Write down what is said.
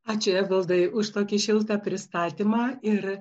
ačiū evaldai už tokį šiltą pristatymą ir